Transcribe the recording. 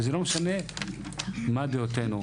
וזה לא משנה מה דעותינו.